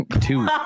two